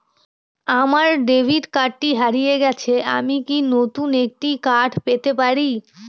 আমার ডেবিট কার্ডটি হারিয়ে গেছে আমি কি নতুন একটি কার্ড পেতে পারি?